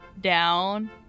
down